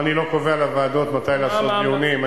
אני לא קובע לוועדות מתי לעשות דיונים.